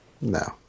no